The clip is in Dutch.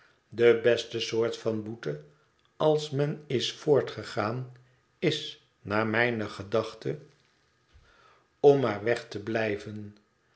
de beste soort van boete als men is voortgegaan is naar mijne gedachten om maar weg te blijven